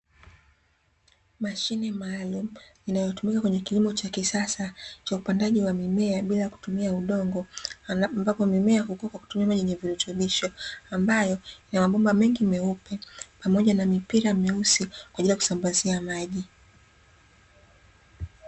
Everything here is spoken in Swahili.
Mashine maalumu inayotumika kwenye kilimo cha kisasa cha upandaji wa mimea bila kutumia udongo. Ambapo mimea hukua kwa kutumia maji yenye virutubisho, ambayo yana mabomba mengi meupe pamoja na mipira meusi kwa ajili ya kusambazia maji.